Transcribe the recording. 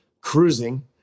cruising